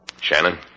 Shannon